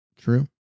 True